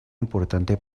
importante